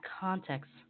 context